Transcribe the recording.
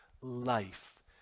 life